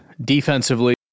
defensively